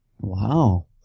Wow